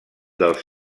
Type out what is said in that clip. dels